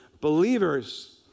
Believers